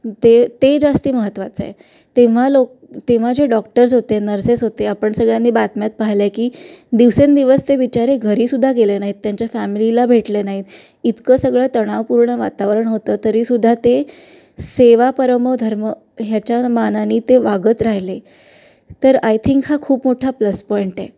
ते ते जास्त महत्त्वाचं आहे तेव्हा लोक तेव्हा जे डॉक्टर्स होते नर्सेस होते आपण सगळ्यांनी बातम्यात पाहिलं आहे की दिवसेंदिवस ते बिचारे घरीसुद्धा गेले नाहीत त्यांच्या फॅमिलीला भेटले नाहीत इतकं सगळं तणावपूर्ण वातावरण होतं तरीसुद्धा ते सेवा परमो धर्म ह्याच्या मानाने ते वागत राहिले तर आय थिंक हा खूप मोठा प्लस पॉइंट आहे